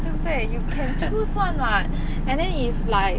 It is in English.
对不对 you can choose [one] [what] and then if like